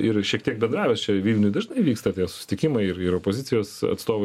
ir šiek tiek bendravęs čia vilniuj dažnai vyksta tie susitikimai ir opozicijos atstovai